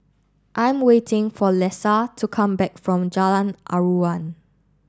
I'm waiting for Lesa to come back from Jalan Aruan